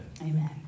Amen